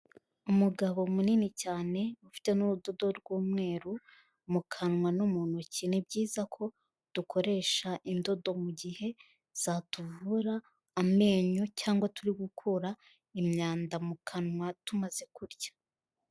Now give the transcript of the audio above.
Umugabo munini cyane ufite n'urudodo rw'umweru mu kanwa no mu ntoki, ni byiza ko dukoresha indodo mu gihe zatuvura amenyo cyangwa turi gukura imyanda mu kanwa tumaze kurya.